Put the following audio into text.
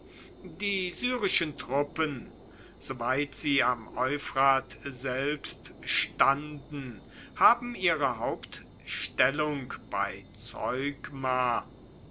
die syrischen truppen soweit sie am euphrat selbst standen haben ihre hauptstellung bei zeugma